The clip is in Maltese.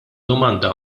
domanda